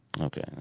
Okay